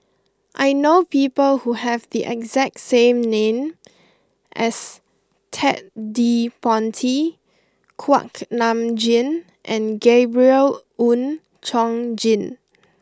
I know people who have the exact same name as Ted De Ponti Kuak Nam Jin and Gabriel Oon Chong Jin